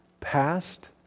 past